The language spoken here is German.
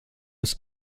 des